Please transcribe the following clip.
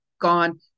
gone